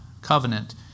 covenant